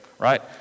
right